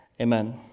amen